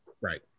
Right